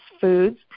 foods